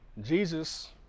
Jesus